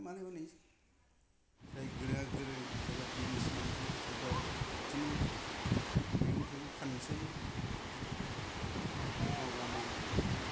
मालाय हनै जाय गोरोङा गोरों सोरबा बिजनेस मावनोसै सोरबा बिदिनो मैगं थाइगं फाननोसै बिदिनो मावला मावलि